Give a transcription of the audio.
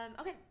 okay